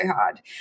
hard